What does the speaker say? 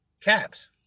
caps